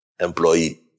employee